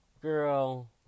girl